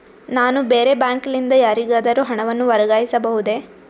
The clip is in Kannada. ನಾನು ಬೇರೆ ಬ್ಯಾಂಕ್ ಲಿಂದ ಯಾರಿಗಾದರೂ ಹಣವನ್ನು ವರ್ಗಾಯಿಸಬಹುದೇ?